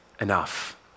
enough